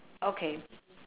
okay